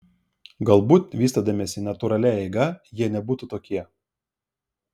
galbūt vystydamiesi natūralia eiga jie nebūtų tokie